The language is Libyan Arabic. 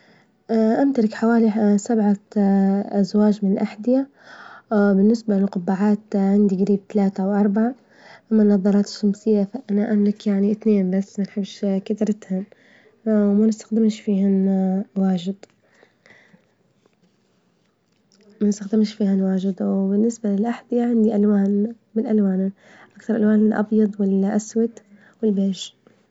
امتلك حوالي سبعة أزواج من أحذية بالنسبة للقبعات عندي جريب تلاتة أو أربعة، أما النظارات الشمسية فأنا أملك يعني اثنين بس ما نحبش كترتهن وما نستخدمش فيهن واجد- ما نستخدمش فيهن واجد، وبالنسبة للأحذية عندي ألوان من ألوانن، أكثر الألوان الأبيظ والأسود والبيج.